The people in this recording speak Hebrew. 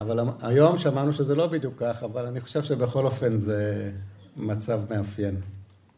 אבל היום שמענו שזה לא בדיוק כך, אבל אני חושב שבכל אופן זה מצב מאפיין.